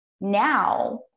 now